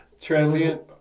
Transient